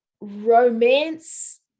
romance